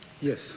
Yes